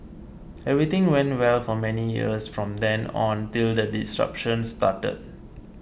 everything went well for many years from then on till the disruptions started